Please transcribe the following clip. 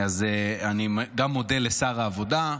אז אני מודה גם לשר העבודה,